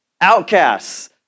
outcasts